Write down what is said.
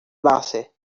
base